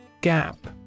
Gap